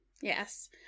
Yes